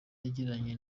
yagiranye